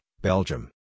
Belgium